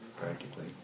practically